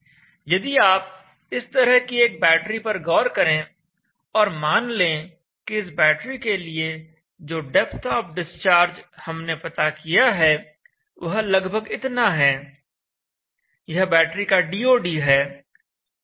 अब यदि आप इस तरह की एक बैटरी पर गौर करें और मान लें कि इस बैटरी के लिए जो डेप्थ ऑफ डिस्चार्ज हमने पता किया है वह लगभग इतना है यह बैटरी का डीओडी है